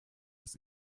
das